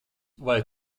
vai